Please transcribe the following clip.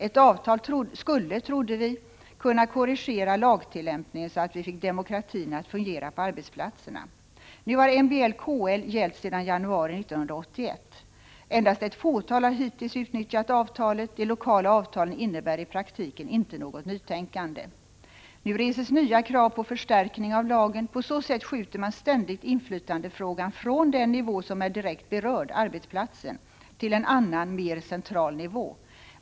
Ett avtal skulle, trodde vi, kunna korrigera lagtillämpningen så att vi fick demokratin att fungera på arbetsplatserna. Nu har MBL-KL gällt sedan januari 1981. Endast ett fåtal har hittills utnyttjat avtalet. De lokala avtalen innebär i praktiken inte något nytänkande. Nu reses nya krav på förstärkning av lagen. På så sätt skjuter man ständigt inflytandefrågan från den nivå som är direkt berörd, arbetsplatsen, till en annan mer central nivå.